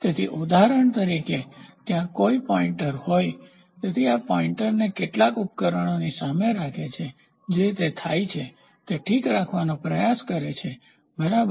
તેથી ઉદાહરણ તરીકે જો ત્યાં કોઈ પોઈન્ટરનિર્દેશક હોય તેથી આ પોઈન્ટરનિર્દેશકને કેટલાક ઉપકરણોની સામે રાખે છે જે તે થાય છે તે ઠીક કરવાનો પ્રયાસ કરે છે બરાબર